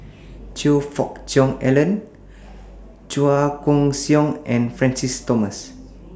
Choe Fook Cheong Alan Chua Koon Siong and Francis Thomas